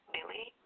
Billy